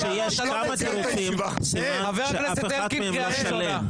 כשיש כמה תירוצים סימן שאף אחד מהם לא שלם.